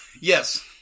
Yes